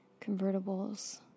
convertibles